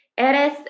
Eres